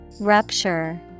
Rupture